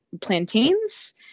plantains